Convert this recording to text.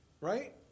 right